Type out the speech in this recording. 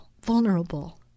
vulnerable